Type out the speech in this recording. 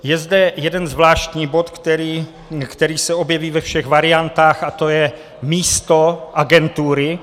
Je zde jeden zvláštní bod, který se objeví ve všech variantách, a to je místo agentury.